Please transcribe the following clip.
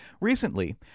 Recently